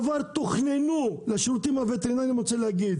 אני רוצה להגיד